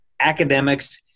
academics